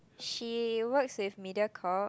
she works with Mediacorp